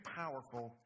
powerful